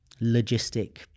logistic